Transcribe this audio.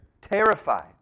terrified